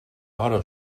auto